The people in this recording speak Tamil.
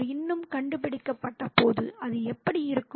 அவர் இன்னும் கண்டுபிடிக்கப்படாதபோது அது எப்படி இருக்கும்